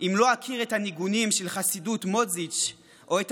אם לא אכיר את הניגונים של חסידות מודז'יץ או את